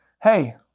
Hey